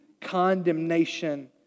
condemnation